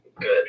good